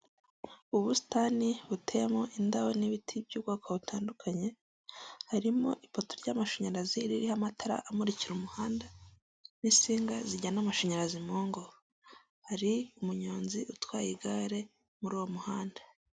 Ubusitani buteyemo indabo n'ibiti by'ubwoko butandukanye, harimo ipoto ry'amashanyarazi ririho amatara amurikira umuhanda, n'isinga zijyana amashanyarazi mu ngo. Hari umunyonzi utwaye igare muri uwo muhanda.